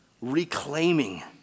reclaiming